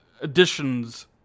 additions